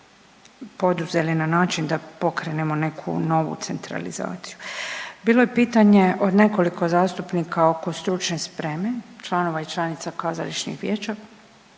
poduzeli na način da pokrenemo neku novu centralizaciju. Bilo je pitanje od nekoliko zastupnika oko stručne spreme članova i članica kazališnih vijeća,